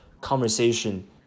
conversation